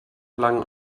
lang